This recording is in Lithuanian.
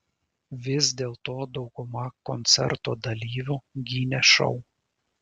vis dėlto dauguma koncerto dalyvių gynė šou